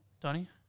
Donnie